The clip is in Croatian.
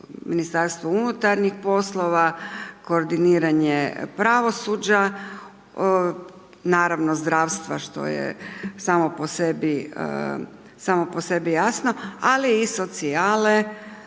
Ministarstvo unutarnjih poslova, koordiniranje pravosuđa, naravno zdravstva, što je samo po sebi jasna, ali i socijale,